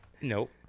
Nope